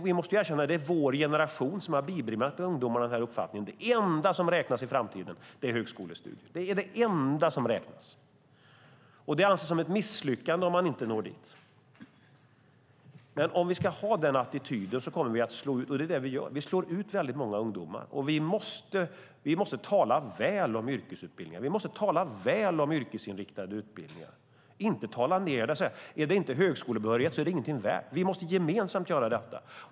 Vi måste erkänna att det är vår generation som har bibringat ungdomarna uppfattningen att det enda som räknas i framtiden är högskolestudier. Det anses som ett misslyckande om man inte når dit. Om vi har den attityden kommer vi att slå ut många ungdomar, och det är också det vi gör. Vi måste tala väl om yrkesutbildningar. Vi måste tala väl om yrkesinriktade utbildningar. Vi ska inte tala nedsättande om dem och säga: Är det inte högskolebehörighet så är det ingenting värt. Vi måste gemensamt göra detta.